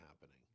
happening